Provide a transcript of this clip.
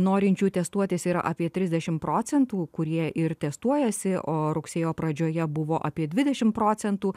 norinčių testuotis yra apie trisdešimt procentų kurie ir testuojasi o rugsėjo pradžioje buvo apie dvidešimt procentų